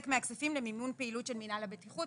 מהכספים למימון פעילות של מינהל הבטיחות,